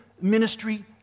ministry